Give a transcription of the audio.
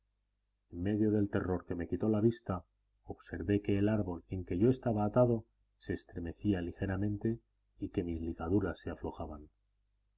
en medio del terror que me quitó la vista observé que el árbol en que yo estaba atado se estremecía ligeramente y que mis ligaduras se aflojaban